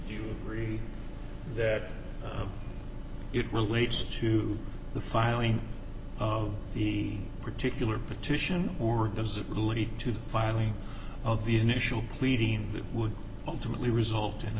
you agree that it relates to the filing of the particular petition or does it lead to the filing of the initial pleading that would ultimately result in a